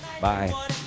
bye